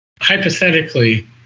hypothetically